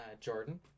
Jordan